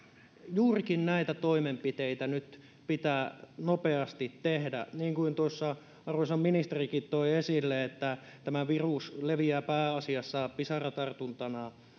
juurikin näitä toimenpiteitä nyt pitää nopeasti tehdä niin kuin tuossa arvoisa ministerikin toi esille että tämä virus leviää pääasiassa pisaratartuntana